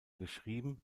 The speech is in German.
geschrieben